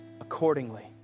accordingly